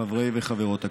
חברי וחברות הכנסת,